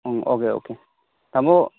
ꯎꯝ okay okay ꯇꯥꯃꯣ